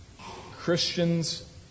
Christians